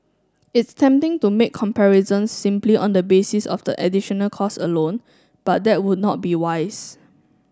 it's tempting to make comparisons simply on the basis of the additional cost alone but that would not be wise